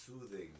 Soothing